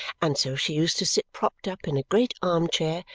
and so she used to sit propped up in a great arm-chair,